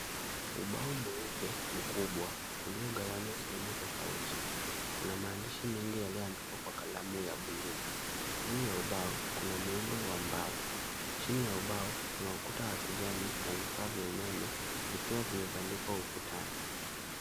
Ubao mweupe mkubwa uliogawanywa sehemu tofauti, kuna maandishi mengi yalioandikwa kwa kalamu ya bluu, juu ya ubao kuna muundo wa mbao. Chini ya ubao kuna ukuta wa kijani na vifaa vya umeme vikiwa vimebandikwa ukutani.